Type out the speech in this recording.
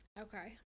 Okay